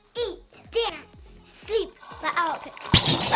eat, dance, sleep. but i'll pick sing.